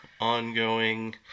ongoing